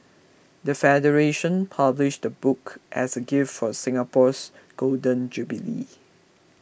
the federation published the book as a gift for Singapore's Golden Jubilee